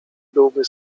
byłby